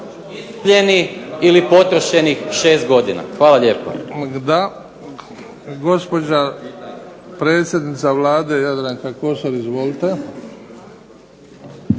izgubljenih ili potrošenih šest godina. Hvala lijepo. **Bebić, Luka (HDZ)** Gospođa predsjednica Vlade Jadranka Kosor. Izvolite.